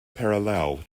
parallel